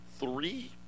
three